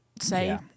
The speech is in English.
say